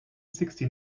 sixty